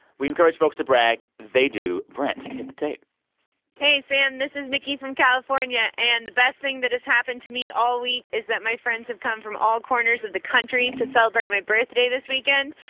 we encourage folks to brag. they do. brent, hit the tape hey, sam. this is nikki from california. and the best thing that has happened to me all week is that my friends have come from all corners of the country to celebrate my birthday this weekend.